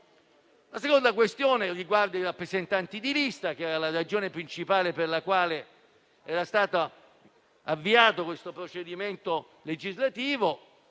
La seconda questione riguarda i rappresentanti di lista ed era la ragione principale per la quale era stato avviato il procedimento legislativo